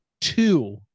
two